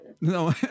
No